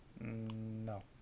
No